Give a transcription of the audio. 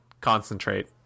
concentrate